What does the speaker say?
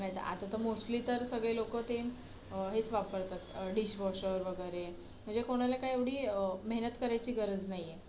नाहीतर आता तर मोस्टली तर सगळे लोकं ते हेच वापरतात डिशवॉशर वगैरे म्हणजे कोणाला काही एवढी मेहनत करायची गरज नाही आहे